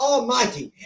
Almighty